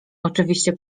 oczywiście